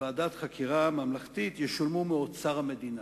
ועדת חקירה ממלכתית ישולמו מאוצר המדינה.